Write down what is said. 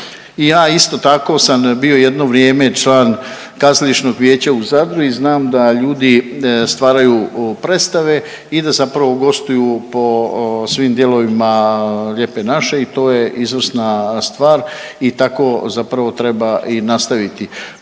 I ja isto tako sam bio jedno vrijeme član kazališnog vijeća u Zadru i znam da ljudi stvaraju predstave i da zapravo gostuju po svim dijelovima lijepe naše i to je izvrsna stvar i tako zapravo treba i nastaviti.